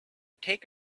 take